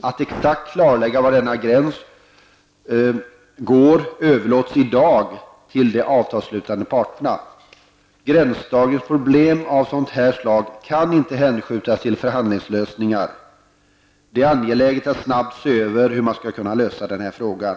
Att exakt klarlägga var denna gräns går överlåts i dag till de avtalsslutande parterna. Gränsdragningsproblem av detta slag kan inte hänskjutas till förhandlingslösningar hos de berörda parterna. Det är angeläget att snabbt se över hur man skall kunna lösa denna fråga.